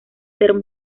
ser